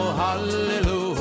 hallelujah